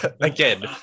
again